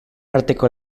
arteko